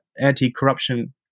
anti-corruption